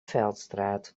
veldstraat